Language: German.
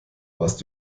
warst